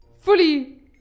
fully